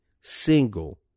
single